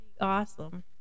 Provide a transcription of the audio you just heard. awesome